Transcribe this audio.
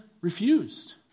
refused